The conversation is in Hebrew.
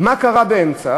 מה קרה באמצע?